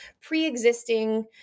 pre-existing